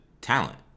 talent